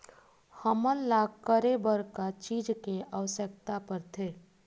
हमन ला करे बर का चीज के आवश्कता परथे?